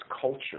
culture